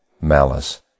malice